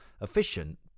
efficient